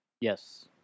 Yes